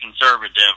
conservative